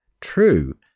true